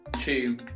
two